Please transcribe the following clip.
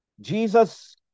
Jesus